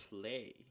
play